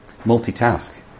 multitask